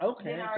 Okay